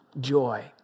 Joy